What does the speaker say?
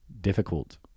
difficult